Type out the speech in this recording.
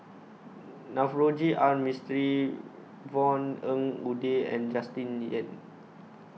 Navroji R Mistri Yvonne Ng Uhde and Justin Lean